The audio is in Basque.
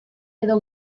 edo